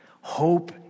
Hope